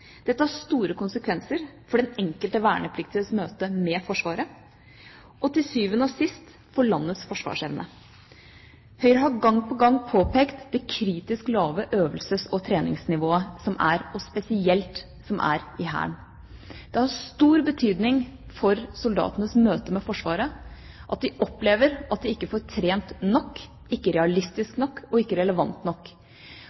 Dette har store konsekvenser for den enkelte vernepliktiges møte med Forsvaret, og til syvende og sist for landets forsvarsevne. Høyre har gang på gang påpekt det kritisk lave øvelses- og treningsnivået som er – spesielt i Hæren. Det har stor betydning for soldatenes møte med Forsvaret at de opplever at de ikke får trent nok, ikke